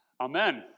Amen